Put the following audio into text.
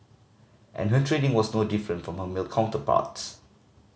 and her training was no different from her male counterparts